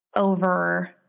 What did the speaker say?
over